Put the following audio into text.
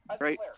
right